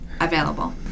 available